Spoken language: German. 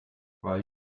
weil